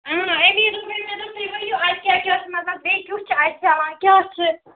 اۭں أمی دوٚپ مےٚ مےٚ دوٚپ تُہۍ اَتہِ کیٛاہ کیٛاہ چھُ مطلب بیٚیہِ کیُتھ چھُ اَتہِ چَلان کیٛاہ چھِ